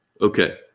Okay